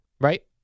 right